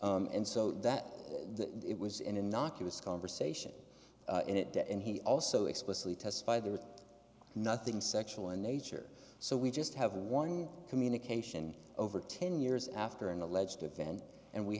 talk and so that the it was in innocuous conversation and it didn't and he also explicitly testify there is nothing sexual in nature so we just have one communication over ten years after an alleged event and we